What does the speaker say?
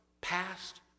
past